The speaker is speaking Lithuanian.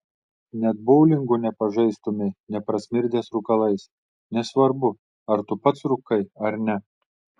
net boulingo nepažaistumei neprasmirdęs rūkalais nesvarbu ar tu pats rūkai ar ne